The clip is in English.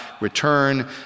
return